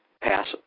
pass